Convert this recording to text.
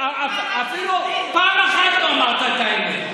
אפילו פעם אחת לא אמרת את האמת.